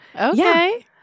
Okay